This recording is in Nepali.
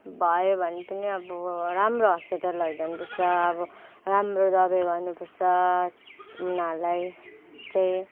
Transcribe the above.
भयो भने पनि अब राम्रो हस्पिटल लैजाउनुपर्छ अब राम्रो दबाई गर्नुपर्छ उनीहरूलाई चाहिँ